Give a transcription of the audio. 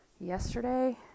yesterday